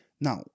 Now